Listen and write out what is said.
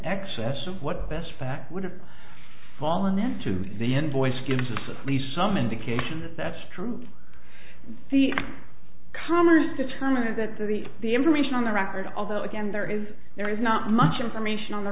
excess of what best fact would have fallen into the invoice consistently some indication that that's true the commerce determined that the the information on the record although again there is there is not much information on the